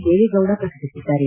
Deve Gowda ಪ್ರಕಟಿಬದ್ದಾರೆ